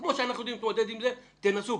כמו שאנחנו יודעים להתמודד עם זה, תנסו.